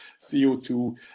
CO2